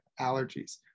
allergies